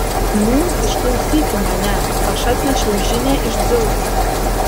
nūn išklausyki mane aš atnešiau žinią iš dzeuso